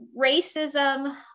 racism